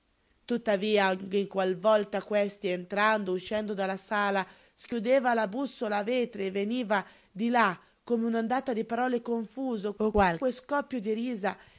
ogni qual volta questi entrando o uscendo dalla sala schiudeva la bussola a vetri e veniva di là come un ondata di parole confuse o qualche scoppio di risa